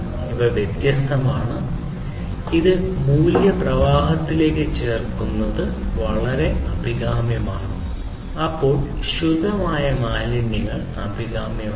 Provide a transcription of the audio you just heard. ഇവ വ്യത്യസ്തമാണ് ഇത് മൂല്യ പ്രവാഹത്തിലേക്ക് ചേർക്കുന്ന വളരെ അഭികാമ്യമാണ് അപ്പോൾ ശുദ്ധമായ മാലിന്യങ്ങൾ അഭികാമ്യമല്ല